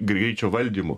greičio valdymu